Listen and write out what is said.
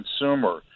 consumer